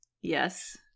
yes